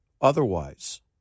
otherwise